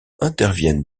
interviennent